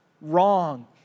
wrong